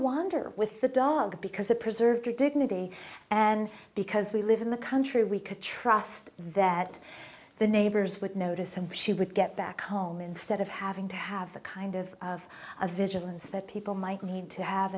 wonder with the dog because it preserved her dignity and because we live in the country we could trust that the neighbors would notice and she would get back home instead of having to have the kind of of a vigilance that people might need to have